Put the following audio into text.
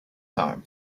time